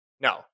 No